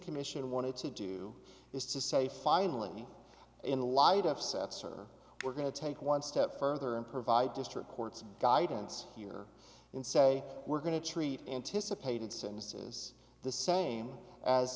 commission wanted to do is to say finally in light upsets or we're going to take one step further and provide district courts guidance here in say we're going to treat anticipated sentences the same as